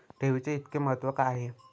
ठेवीचे इतके महत्व का आहे?